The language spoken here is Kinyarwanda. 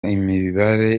imibare